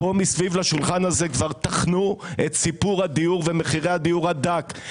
פה מסביב לשולחן הזה כבר טחנו את סיפור הדיור ומחירי הדיור עד דק.